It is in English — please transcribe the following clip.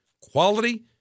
quality